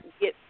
get